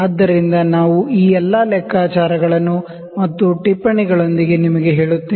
ಆದ್ದರಿಂದ ನಾವು ಈ ಎಲ್ಲಾ ಲೆಕ್ಕಾಚಾರಗಳನ್ನು ಮತ್ತು ಟಿಪ್ಪಣಿಗಳೊಂದಿಗೆ ನಿಮಗೆ ಹೇಳುತ್ತೇನೆ